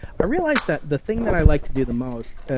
i realize that the thing that i like to do the most,